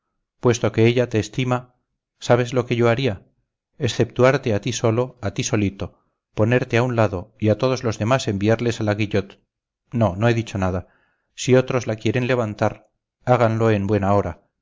puesto que ella te estima sabes lo que yo haría exceptuarte a ti solo a ti solito ponerte a un lado y a todos los demás enviarles a la guillot no no he dicho nada si otros la quieren levantar háganlo en buen hora